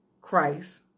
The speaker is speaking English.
Christ